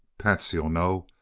patsy'll know.